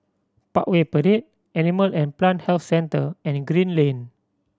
Parkway Parade Animal and Plant Health Centre and Green Lane